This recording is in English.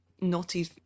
naughty